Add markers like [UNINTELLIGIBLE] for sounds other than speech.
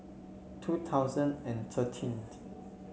two thousand and thirteen [UNINTELLIGIBLE]